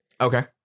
Okay